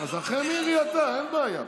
אין בעיה.